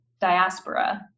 diaspora